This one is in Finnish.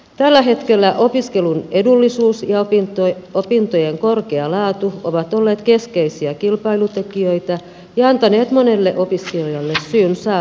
tällä hetkellä opiskelun edullisuus ja opintojen korkea laatu ovat olleet keskeisiä kilpailutekijöitä ja antaneet monelle opiskelijalle syyn saapua suomeen